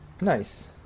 Nice